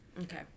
Okay